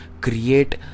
create